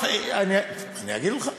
אני אגיד לך.